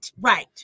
Right